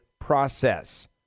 process